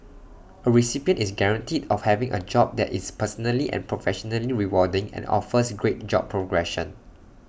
A recipient is guaranteed of having A job that is personally and professionally rewarding and offers great job progression